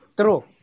True